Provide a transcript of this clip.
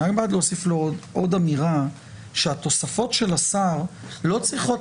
אני רק בעד להוסיף לו עוד אמירה שהתוספות של השר לא צריכות